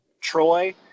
Troy